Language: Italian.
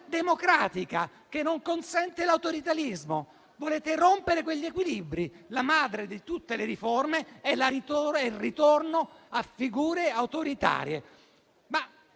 democratica, che non consente l'autoritarismo. Volete rompere quegli equilibri. La madre di tutte le riforme è il ritorno a figure autoritarie.